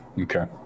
okay